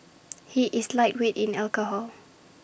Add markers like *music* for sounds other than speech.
*noise* he is lightweight in alcohol